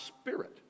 spirit